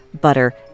butter